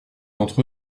d’entre